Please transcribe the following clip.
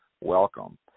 Welcome